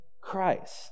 Christ